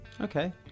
Okay